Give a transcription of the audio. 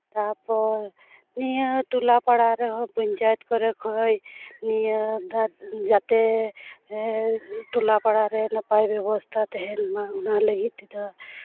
ᱛᱟᱨᱯᱚᱨ ᱱᱤᱭᱟᱹ ᱴᱚᱞᱟᱯᱟᱲᱟ ᱨᱮᱦᱚᱸ ᱯᱚᱧᱪᱟᱭᱮᱛ ᱠᱚᱨᱮ ᱠᱷᱚᱱ ᱱᱤᱭᱟᱹ ᱡᱟᱛᱮ ᱴᱚᱞᱟᱯᱟᱲᱟ ᱨᱮ ᱱᱟᱯᱟᱭ ᱵᱮᱵᱚᱥᱛᱷᱟ ᱛᱟᱦᱮᱱ ᱢᱟ ᱚᱱᱟ ᱞᱟᱹᱜᱤᱫ ᱛᱮᱫᱚ